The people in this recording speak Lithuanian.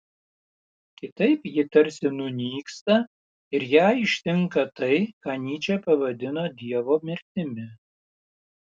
kitaip ji tarsi nunyksta ir ją ištinka tai ką nyčė pavadino dievo mirtimi